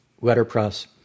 letterpress